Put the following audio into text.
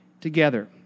together